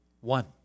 One